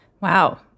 Wow